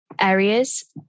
areas